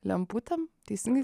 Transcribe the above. lemputėm teisingai